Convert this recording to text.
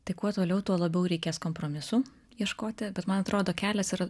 tai kuo toliau tuo labiau reikės kompromisų ieškoti bet man atrodo kelias yra